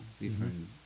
different